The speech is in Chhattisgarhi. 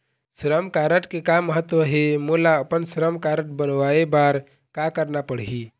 श्रम कारड के का महत्व हे, मोला अपन श्रम कारड बनवाए बार का करना पढ़ही?